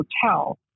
hotel